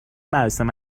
مراسم